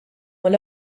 mal